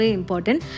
important